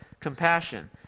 compassion